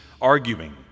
arguing